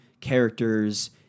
characters